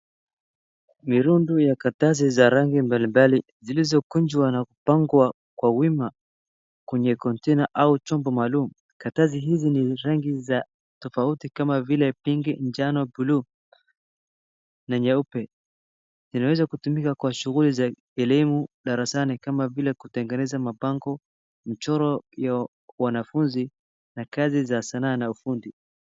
Ni rundu ya karatasi za rangi mbalimbali zilizokunjwa na kupangwa kwa wima kwenye konteina au chombo maalum. Karatasi hizi ni rangi tofauti kama vile pinki, njano, buluu, na nyeupe. Zinaweza kutumika kwa shughuli za elimu darasani kama vile kutengeneza mabango, michoro ya wanafunzi na kazi za sanaa na ufundi.